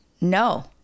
No